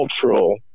cultural